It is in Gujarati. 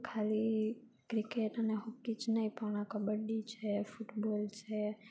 ખાલી ક્રિકેટ અને હોકી જ નહીં પણ કબડ્ડી છે ફૂટબોલ છે